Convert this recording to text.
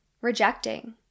rejecting